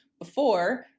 before,